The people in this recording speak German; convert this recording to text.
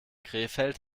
krefeld